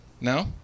No